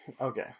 okay